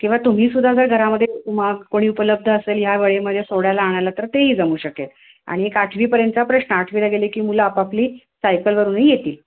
किंवा तुम्ही सुद्धा जर घरामध्ये तुमा कोणी उपलब्ध असेल ह्यावेळेमध्ये सोडायला आणायला तर ते ही जमू शकेल आणि एक आठवीपर्यंतचा प्रश्न आठवीला गेले की मुलं आपापली सायकलवरूनही येतील